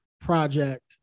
project